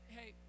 Hey